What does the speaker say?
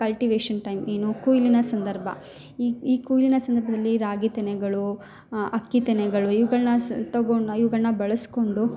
cultivation time ಏನು ಕೊಯ್ಲಿನ ಸಂದರ್ಭ ಈ ಈ ಕೊಯ್ಲಿನ ಸಂದರ್ಭ್ದಲ್ಲಿ ರಾಗಿ ತೆನೆಗಳು ಅಕ್ಕಿ ತೆನೆಗಳು ಇವ್ಗಳ್ನ ಸ್ ತೊಗೊಂಡು ಇವ್ಗಳ್ನ ಬಳ್ಸ್ಕೊಂಡು